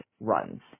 runs